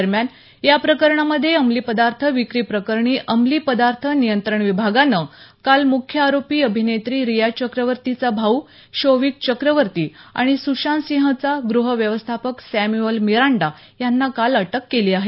दरम्यान या प्रकरणामधे अंमली पदार्थ विक्री प्रकरणी अंमली पदार्थ नियंत्रण विभागानं काल मुख्य आरोपी अभिनेत्री रिया चक्रवर्तीचा भाऊ शौविक चक्रवर्ती आणि सुशांतसिंहचा गृह व्यवस्थापक सॅम्युअल मिरांडा यांना काल अटक केली आहे